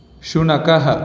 शुनकः